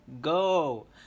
go